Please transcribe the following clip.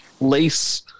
lace –